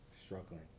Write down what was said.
struggling